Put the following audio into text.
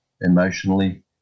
emotionally